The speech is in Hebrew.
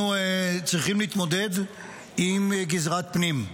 אנחנו צריכים להתמודד עם גזרת פנים,